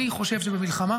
אני חושב שבמלחמה,